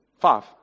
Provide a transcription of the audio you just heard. Five